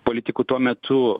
politikų tuo metu